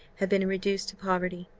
had been reduced to poverty,